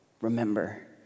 remember